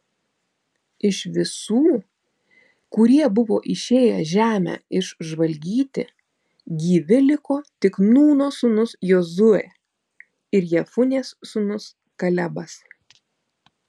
iš visų kurie buvo išėję žemę išžvalgyti gyvi liko tik nūno sūnus jozuė ir jefunės sūnus kalebas